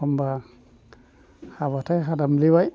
एखनबा हाबाथाय हादामब्लेबाय